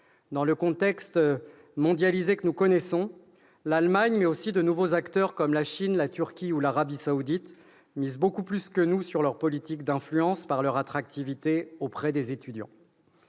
Dans le contexte mondialisé que nous connaissons, l'Allemagne, mais aussi de nouveaux acteurs, comme la Chine, la Turquie ou l'Arabie Saoudite, misent beaucoup plus que nous sur leur politique d'influence par leur attractivité auprès des étudiants.